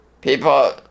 People